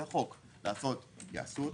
זה החוק יעשו אותו.